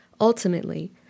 Ultimately